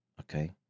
Okay